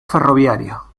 ferroviario